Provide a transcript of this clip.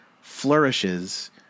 flourishes